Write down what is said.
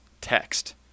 text